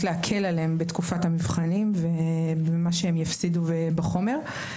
להקל עליהם בתקופת המבחנים ומה שהם יפסידו בחומר.